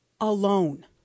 alone